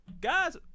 Guys